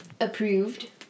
approved